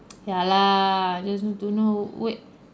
ya lah just don't know wait